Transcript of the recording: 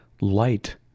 light